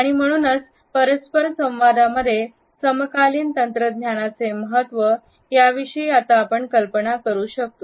आणि म्हणूनच परस्पर संवादामध्ये समकालीन तंत्रज्ञानाचे महत्त्व याविषयी आता आपण कल्पना करू शकतो